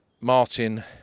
Martin